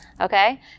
Okay